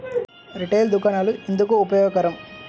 Retail దుకాణాలు ఎందుకు ఉపయోగకరం?